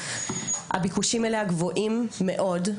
והביקושים אליה גבוהים מאוד.